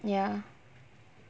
ya